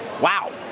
wow